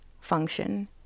function